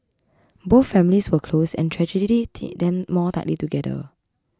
both families were close and tragedy knit them more tightly together